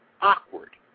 awkward